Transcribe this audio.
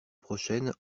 prochaine